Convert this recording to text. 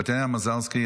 טטיאנה מזרסקי,